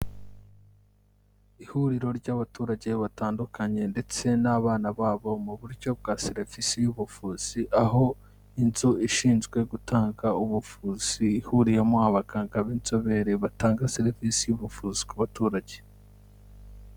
Ihuriro ry'abaturage batandukanye ndetse n'abana babo mu buryo bwa serivise y'ubuvuzi, aho inzu ishinzwe gutanga ubuvuzi ihuriyemo abaganga b'inzobere batanga serivise y'ubuvuzi ku baturage.